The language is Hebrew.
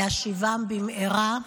להשיבם במהרה.